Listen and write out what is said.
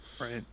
right